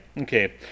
okay